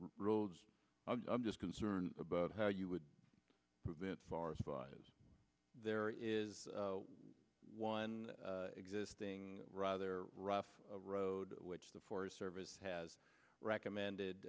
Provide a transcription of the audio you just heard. roads i'm just concerned about how you would prevent forest fires as there is one existing rather rough road which the forest service has recommended